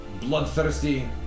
bloodthirsty